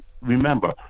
Remember